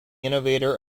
innovator